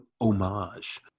homage